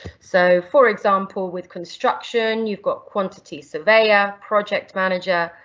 so for example with construction you've got, quantity surveyor project manager,